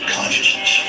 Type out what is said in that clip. consciousness